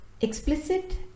explicit